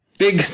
Big